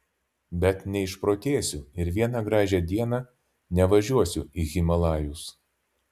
bet neišprotėsiu ir vieną gražią dieną nevažiuosiu į himalajus